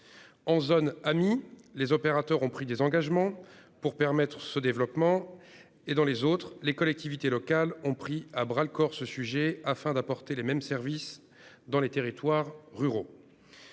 (Amii), les opérateurs ont pris des engagements pour permettre ce développement. Dans les autres, les collectivités locales se sont emparées du sujet à bras-le-corps afin d'apporter les mêmes services dans les territoires ruraux.